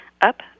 up